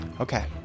Okay